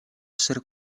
essere